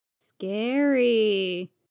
Scary